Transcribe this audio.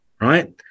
Right